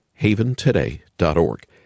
haventoday.org